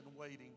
waiting